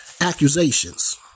accusations